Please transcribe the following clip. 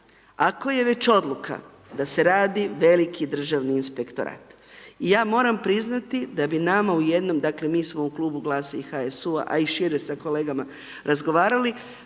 ako je već odluka da se radi veliki Državni inspektorat, ja moram priznati da bi nama u jednom, dakle, mi smo u klubu Glada i HSU, a i šire sa kolegama razgovarali,